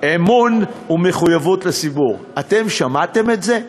אמון ומחויבות לציבור, אתם שמעתם את זה?